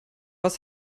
was